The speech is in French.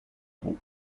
gros